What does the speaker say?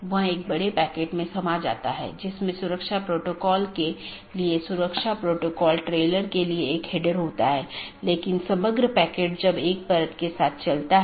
और यह बैकबोन क्षेत्र या बैकबोन राउटर इन संपूर्ण ऑटॉनमस सिस्टमों के बारे में जानकारी इकट्ठा करता है